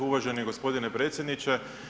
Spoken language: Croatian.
Uvaženi gospodine predsjedniče.